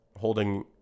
holding